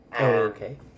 okay